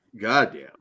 Goddamn